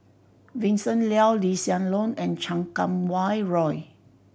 Vincent Leow Lee Hsien Loong and Chan Kum Wah Roy